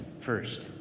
first